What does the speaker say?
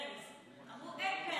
היינו פרז, אנחנו פרז.